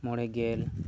ᱢᱚᱬᱮ ᱜᱮᱞ